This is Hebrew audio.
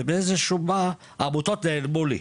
ובאיזה שהוא שלב העמותות האלה נעלמו לי,